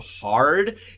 hard